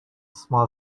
small